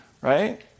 Right